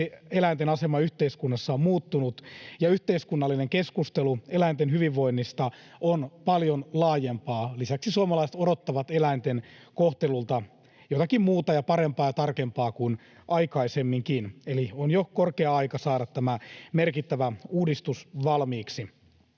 eläinten asema yhteiskunnassa on muuttunut ja yhteiskunnallinen keskustelu eläinten hyvinvoinnista on paljon laajempaa. Lisäksi suomalaiset odottavat eläinten kohtelulta jotakin muuta ja parempaa ja tarkempaa kuin aikaisemmin. Eli on jo korkea aika saada tämä merkittävä uudistus valmiiksi.